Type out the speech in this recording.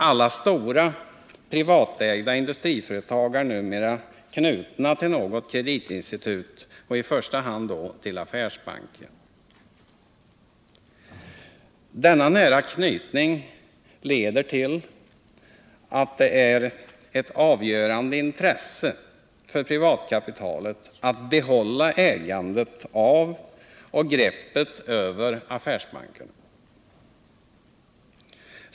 Alla stora privatägda industriföretag är numera knutna till något kreditinstitut, i första hand till affärsbanker. Denna nära anknytning leder till att det är ett avgörande intresse för privatkapitalet att behålla ägandet av och greppet över affärsbankerna.